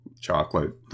chocolate